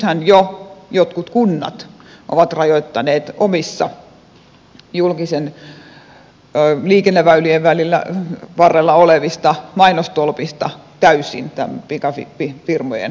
nythän jo jotkut kunnat ovat rajoittaneet omista julkisten liikenneväylien varrella olevista mainostolpistaan täysin ulos tämän pikavippifirmojen mainostamisen